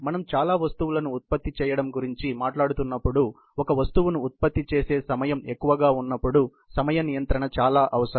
మనం చాలా వస్తువులను ఉత్పత్తి చేయడం గురించి మాట్లాడుతున్నప్పుడు ఒక వస్తువును ఉత్పత్తి చేసే సమయం ఎక్కువగా ఉన్నప్పుడు సమయ నియంత్రణ చాల అవసరం